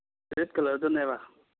red ꯀꯂꯔꯗꯨꯅꯦꯕ